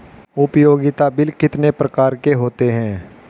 उपयोगिता बिल कितने प्रकार के होते हैं?